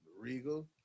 Regal